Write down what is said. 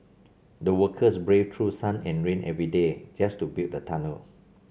the workers braved through sun and rain every day just to build the tunnel